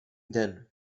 den